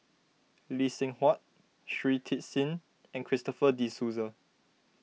Lee Seng Huat Shui Tit Sing and Christopher De Souza